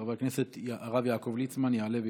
חבר הכנסת הרב יעקב ליצמן יעלה ויבוא.